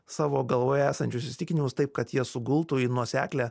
savo galvoje esančius įsitikinimus taip kad jie sugultų į nuoseklią